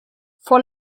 vor